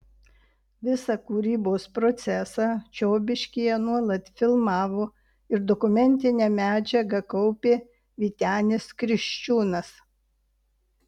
visą kūrybos procesą čiobiškyje nuolat filmavo ir dokumentinę medžiagą kaupė vytenis kriščiūnas